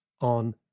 on